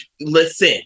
Listen